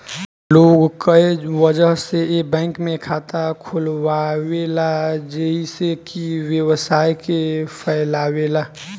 लोग कए वजह से ए बैंक में खाता खोलावेला जइसे कि व्यवसाय के फैलावे ला